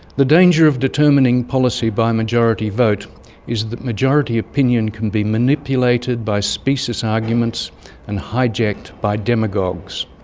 the danger of determining policy by majority vote is that majority opinion can be manipulated by specious arguments and hijacked by demagogues.